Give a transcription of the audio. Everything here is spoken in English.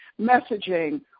messaging